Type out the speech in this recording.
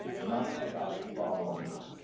not about problems,